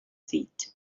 feet